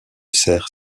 cerf